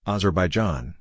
Azerbaijan